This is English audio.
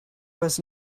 was